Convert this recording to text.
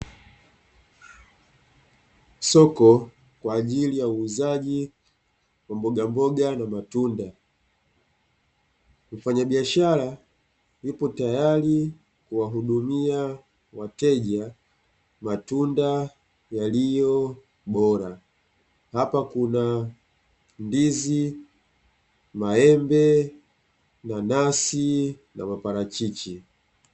Soko kwa ajili ya uuzaji wa mboga mboga na matunda, mfanye biashara yupo tayari kuwahudumia wateja, matunda yaliyo bora. Hapa kuna ndizi, maembe, nanasi na mapapai.